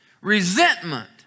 resentment